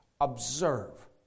observe